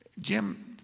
Jim